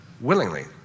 willingly